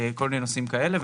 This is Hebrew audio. כל מיני נושאים כאלה,